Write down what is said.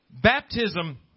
baptism